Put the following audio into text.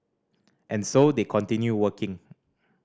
and so they continue working